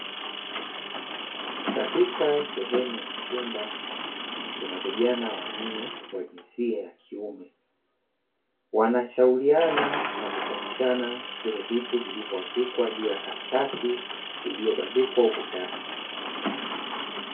Katika sehemu ya chumba kuna vijana wa nne wa jinsia ya kiume wanashauriana na kufundishana vile vitu vilivyoandikwa kwenye karatasi iliyobandikwa ukutani.